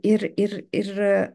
ir ir ir